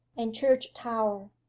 and church tower,